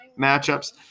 matchups